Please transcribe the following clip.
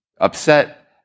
upset